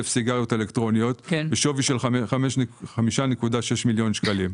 סיגריות אלקטרוניות בשווי 5.6 מיליון שקלים.